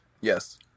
Yes